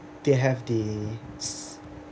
they have the